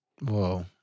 whoa